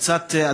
קצת,